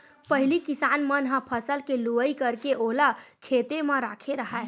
पहिली किसान मन ह फसल के लुवई करके ओला खेते म राखे राहय